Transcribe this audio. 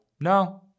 No